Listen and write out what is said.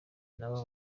nabo